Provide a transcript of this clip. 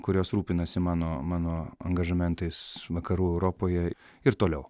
kurios rūpinasi mano mano angažamentais vakarų europoje ir toliau